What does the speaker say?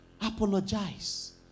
apologize